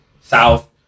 South